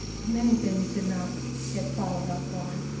many things did not get followed up on.